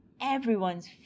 everyone's